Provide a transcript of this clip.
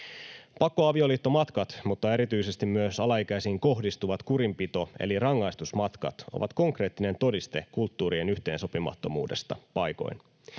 Pakkoavioliittomatkat mutta erityisesti myös alaikäisiin kohdistuvat kurinpito- eli rangaistusmatkat ovat konkreettinen todiste kulttuurien yhteensopimattomuudesta paikoin.